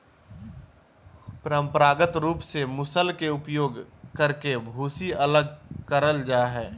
परंपरागत रूप से मूसल के उपयोग करके भूसी अलग करल जा हई,